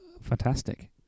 Fantastic